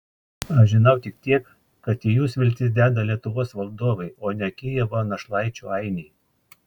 aš žinau tik tiek kad į jus viltis deda lietuvos valdovai o ne kijevo našlaičių ainiai